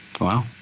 Wow